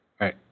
right